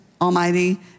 Almighty